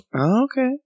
okay